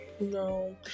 No